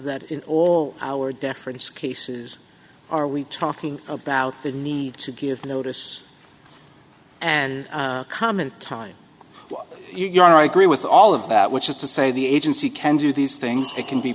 that in all our deference cases are we talking about the need to give notice and common time you are i agree with all of that which is to say the agency can do these things it can be